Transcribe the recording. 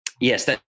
yes